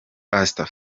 pastor